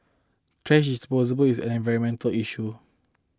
thrash disposable is an environmental issue